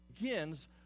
begins